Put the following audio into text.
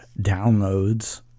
downloads